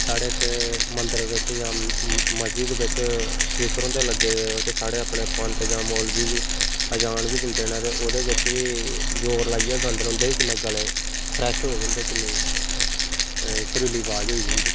साढ़े इत्थे मंदर बेच्च जां मस्जिद बेच्च स्पीकर होंदे लग्गे दे ओह्दे च साढ़े अपने पंत जां मौलवी बी अजान बी दिंदे न ते ओह्दे बिच्च बी जोर लाइयै गांदे उंदे बी गला किन्ना फ्रैश होए दे औंदे किन्ने सुरीली अवाज होई दी होंदी